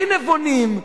הכי נבונים,